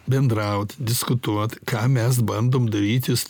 bendraut diskutuot ką mes bandom darytis